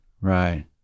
Right